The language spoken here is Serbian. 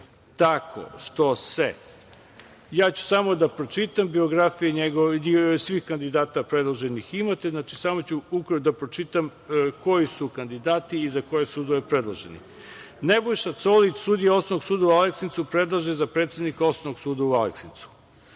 kandidata. Ja ću samo da pročitam biografije njihovih svih kandidata predloženih. Samo ću ukratko da pročitam koji su kandidati i za koje sudove predloženi. Nebojša Colić sudija Osnovnog suda u Aleksincu, predložen za predsednika Osnovnog suda u Aleksincu;